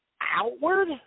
outward